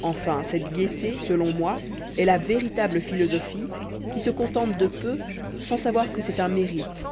enfin cette gaieté selon moi estla véritable philosophie qui se contente de peu sans savoir que c'est un mérite